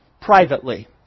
privately